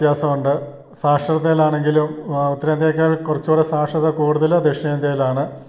വ്യത്യാസം ഉണ്ട് സാക്ഷരതയിലാണെങ്കിലും ഉത്തരേന്ത്യയേക്കാൾ കുറച്ചൂകൂടി സാക്ഷരത കൂടുതൽ ദക്ഷിണേന്ത്യയിലാണ്